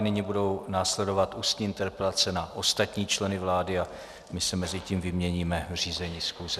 Nyní budou následovat ústní interpelace na ostatní členy vlády a my si mezitím vyměníme řízení schůze.